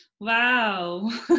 Wow